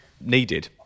needed